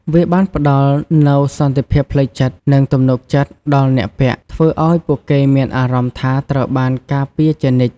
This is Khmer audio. វាបានផ្ដល់នូវ សន្តិភាពផ្លូវចិត្ត និងទំនុកចិត្ត ដល់អ្នកពាក់ ធ្វើឲ្យពួកគេមានអារម្មណ៍ថាត្រូវបានការពារជានិច្ច។